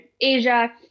Asia